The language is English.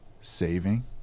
saving